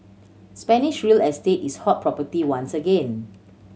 Spanish real estate is hot property once again